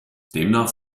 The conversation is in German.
demnach